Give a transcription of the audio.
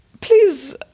please